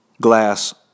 glass